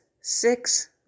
six